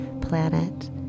planet